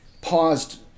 paused